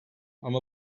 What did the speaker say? ama